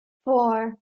four